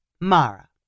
Mara